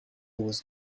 was